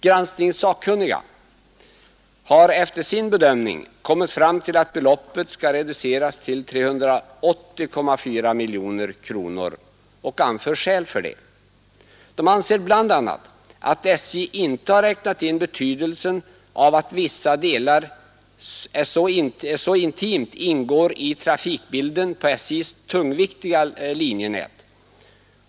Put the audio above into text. Granskningsnämnden har efter sin bedömning kommit fram till att beloppet skall reduceras till 380,4 miljoner kronor och anför skäl för detta. Den anser bl.a. att SJ inte har räknat in betydelsen av att vissa delar intimt ingår i trafikbilden på SJ:s tungviktiga linjenät.